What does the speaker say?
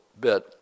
bit